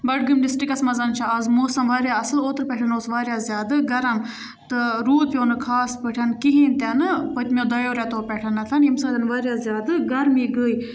بَڈگٲمۍ ڈِسٹِرٛکَس منٛز چھِ آز موسَم واریاہ اصٕل اوترٕ پٮ۪ٹھ اوٗس واریاہ زیادٕ گَرٕم تہٕ روٗد پیٚو نہٕ خاص پٲٹھۍ کِہیٖنۍ تہِ نہٕ پٔتمیٚو دۄیو ریٚتو پٮ۪ٹھ ییٚمہِ سۭتۍ واریاہ زیادٕ گَرمی گٔے